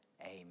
Amen